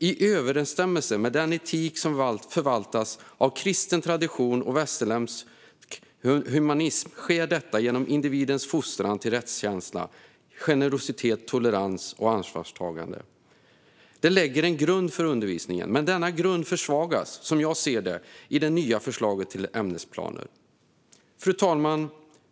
I överensstämmelse med den etik som förvaltats av kristen tradition och västerländsk humanism sker detta genom individens fostran till rättskänsla, generositet, tolerans och ansvarstagande." Det lägger en grund för undervisningen. Men denna grund försvagas, som jag ser det, i det nya förslaget till ämnesplaner. Fru talman!